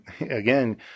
again